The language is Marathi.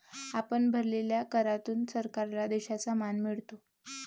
आपण भरलेल्या करातून सरकारला देशाचा मान मिळतो